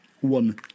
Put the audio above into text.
One